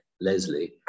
Leslie